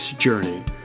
journey